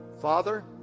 father